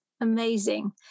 Amazing